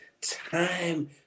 time